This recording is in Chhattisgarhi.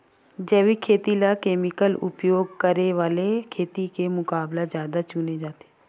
जैविक खेती ला केमिकल उपयोग करे वाले खेती के मुकाबला ज्यादा चुने जाते